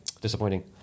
disappointing